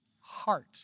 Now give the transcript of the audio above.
heart